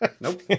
Nope